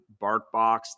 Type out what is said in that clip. BarkBox